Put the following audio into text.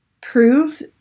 prove